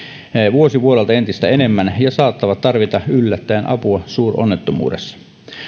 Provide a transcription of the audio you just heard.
vuosi vuodelta entistä enemmän ja saattavat tarvita yllättäen apua suuronnettomuudessa